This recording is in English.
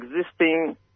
existing